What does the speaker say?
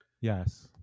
Yes